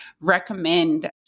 recommend